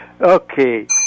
Okay